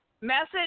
Message